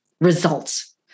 results